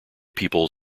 people